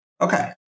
Okay